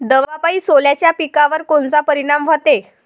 दवापायी सोल्याच्या पिकावर कोनचा परिनाम व्हते?